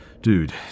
Dude